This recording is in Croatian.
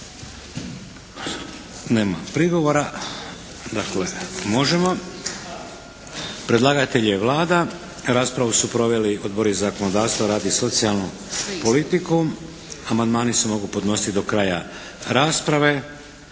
Nema prigovora, dakle možemo. Predlagatelj je Vlada. Raspravu su proveli Odbori za zakonodavstvo, rad i socijalnu politiku. Amandmani se mogu podnositi do kraja rasprave.